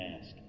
ask